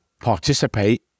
participate